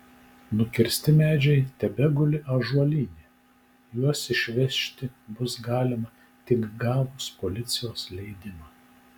nukirsti medžiai tebeguli ąžuolyne juos išvežti bus galima tik gavus policijos leidimą